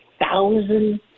thousand